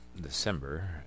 December